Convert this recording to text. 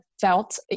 felt